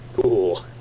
Cool